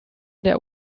der